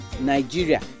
Nigeria